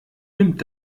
nimmt